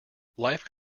life